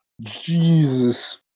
Jesus